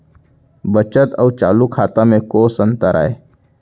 बचत अऊ चालू खाता में कोस अंतर आय?